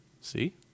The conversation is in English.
See